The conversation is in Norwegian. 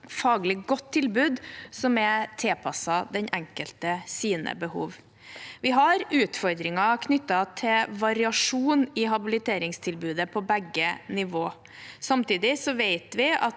faglig godt tilbud som er tilpasset den enkeltes behov. Vi har utfordringer knyttet til variasjon i habiliteringstilbudet på begge nivå. Samtidig vet vi at